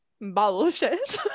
Bullshit